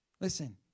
Listen